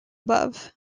above